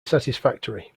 satisfactory